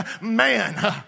man